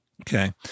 Okay